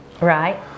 right